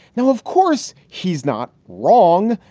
no, of course, he's not wrong.